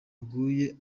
aguye